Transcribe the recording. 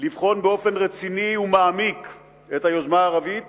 לבחון באופן רציני ומעמיק את היוזמה הערבית